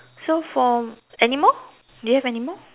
so from anymore do you have anymore